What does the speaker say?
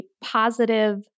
positive